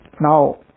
Now